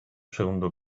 segundo